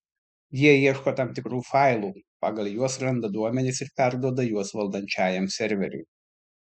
jie ieško tam tikrų failų pagal juos randa duomenis ir perduoda juos valdančiajam serveriui